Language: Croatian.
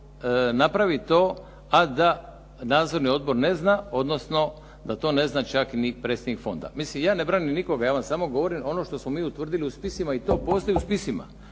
napraviti to a da nadzorni odbor ne zna odnosno da to ne zna čak ni predsjednik fonda. Mislim ja ne branim nikoga, ja vam samo govorim ono što smo mi utvrdili u spisima i to postoji u spisima.